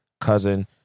cousin